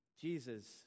Jesus